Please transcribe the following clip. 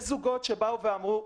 יש זוגות שבאו ואמרו,